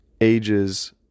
ages